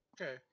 Okay